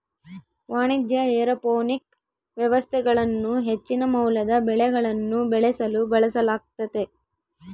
ವಾಣಿಜ್ಯ ಏರೋಪೋನಿಕ್ ವ್ಯವಸ್ಥೆಗಳನ್ನು ಹೆಚ್ಚಿನ ಮೌಲ್ಯದ ಬೆಳೆಗಳನ್ನು ಬೆಳೆಸಲು ಬಳಸಲಾಗ್ತತೆ